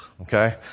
Okay